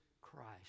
Christ